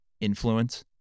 influence